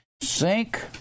sink